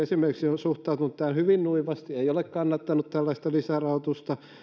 esimerkiksi valtiovarainministeriö on suhtautunut tähän hyvin nuivasti ei ole kannattanut tällaista lisärahoitusta